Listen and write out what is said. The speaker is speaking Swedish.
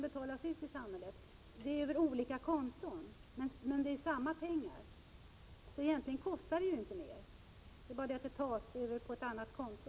Det görs över olika konton, men det är ju samma pengar. Egentligen kostar det alltså inte mer, det bara tas över ett annat konto.